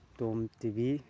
tom TV